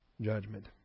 judgment